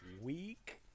Week